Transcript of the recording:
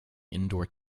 indoor